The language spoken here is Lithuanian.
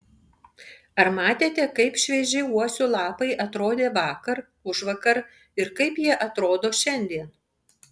ar matėte kaip švieži uosių lapai atrodė vakar užvakar ir kaip jie atrodo šiandien